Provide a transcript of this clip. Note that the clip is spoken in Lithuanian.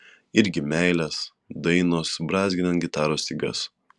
irgi meilės dainos brązginant gitaros stygas